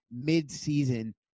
mid-season